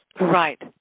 right